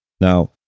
Now